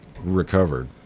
recovered